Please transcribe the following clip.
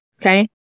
okay